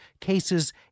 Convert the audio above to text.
Cases